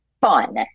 fun